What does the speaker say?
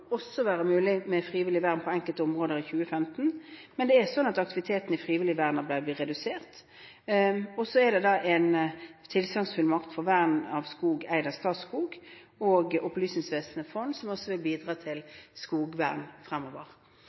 også være mulig med frivillig vern på enkelte områder i 2015, men aktiviteten i frivillig vern-arbeid blir redusert. Og en tilstandsfullmakt for vern av skog eid av Statskog og Opplysningsvesenets fond vil også bidra til skogvern